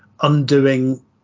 undoing